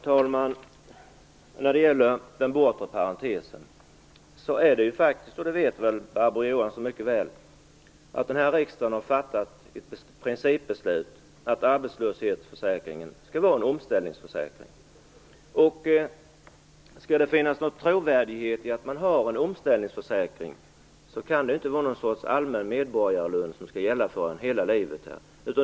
Herr talman! När det gäller den bortre parentesen vet Barbro Johansson mycket väl att denna riksdag har fattat ett principbeslut om att arbetslöshetsförsäkringen skall vara en omställningsförsäkring. Skall det vara någon trovärdighet i att ha en omställningsförsäkring, kan det ju inte vara någon sorts allmän medborgarlön som skall gälla hela livet.